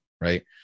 right